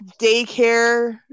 daycare